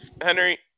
Henry